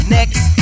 Next